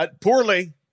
Poorly